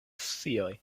scioj